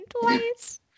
twice